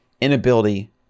inability